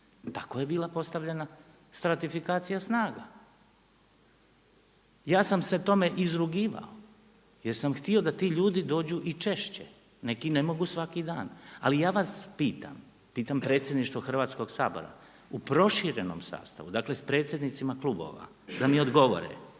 Tako je bila postavljena stratifikacija snaga. Ja sam se tome izrugivao jer sam htio da ti ljudi dođu i češće, neki ne mogu svaki dan. Ali ja vas pitam, pitam predsjedništvo Hrvatskoga sabora, u proširenom sastavu, dakle sa predsjednicima klubova da mi odgovore